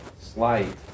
slight